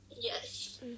Yes